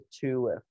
two